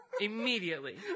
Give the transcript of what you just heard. immediately